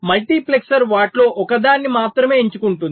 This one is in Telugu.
మల్టీప్లెక్సర్ వాటిలో ఒకదాన్ని మాత్రమే ఎంచుకుంటుంది